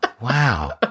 Wow